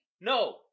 no